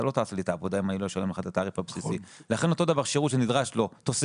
אתה לא תעשה לי את העבודה אם אני לא אשלם לך את התעריף הבסיסי.